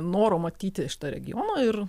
noro matyti šito regiono ir